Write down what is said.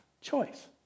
choice